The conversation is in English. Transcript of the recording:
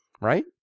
Right